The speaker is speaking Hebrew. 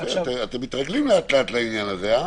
אתם מתרגלים לאט לאט לעניין הזה.